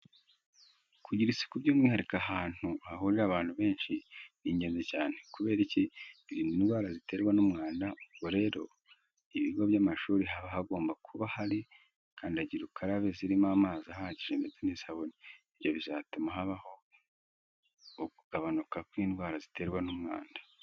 Kugira isuku by'umwihariko ahantu hahurira abantu benshi ni ingenzi cyane. Kubera iki? Birinda indwara ziterwa n'umwanda. Ubwo rero, ibigo by'amashuri haba hagomba kuba hari kandagira ukarabe zirimo amazi ahagije ndetse n'isabune. Ibyo bizatuma habaho ukugabanuka kw'indwara ziterwa n'umwanda.